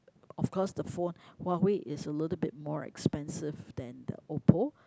of course the phone Huawei is a little bit more expensive than the Oppo